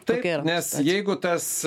taip nes jeigu tas